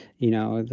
you know,